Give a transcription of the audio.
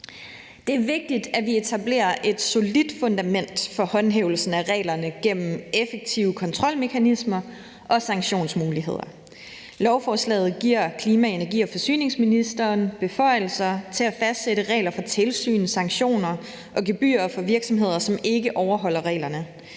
Det er vigtigt, at vi etablerer et solidt fundament for håndhævelsen af reglerne gennem effektive kontrolmekanismer og sanktionsmuligheder. Lovforslaget giver klima-, energi- og forsyningsministeren beføjelser til at fastsætte regler for tilsyn, sanktioner og gebyrer for virksomheder, som ikke overholder reglerne.